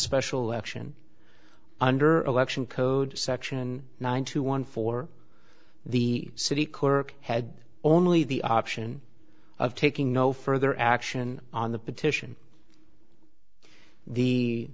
special election under election code section nine to one for the city clerk had only the option of taking no further action on the petition the